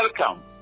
welcome